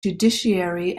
judiciary